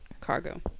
Cargo